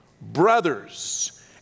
brothers